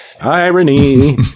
Irony